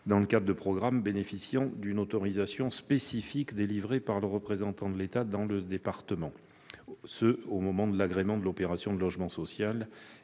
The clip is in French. dans le cadre de programmes bénéficiant d'une autorisation spécifique délivrée par le représentant de l'État dans le département, et ce au moment de l'agrément de l'opération de logement social,